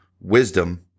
Wisdom